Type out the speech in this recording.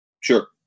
Sure